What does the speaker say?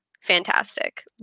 fantastic